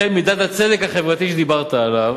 לכן מידת הצדק החברתי שדיברת עליה,